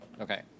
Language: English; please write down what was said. Okay